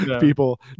people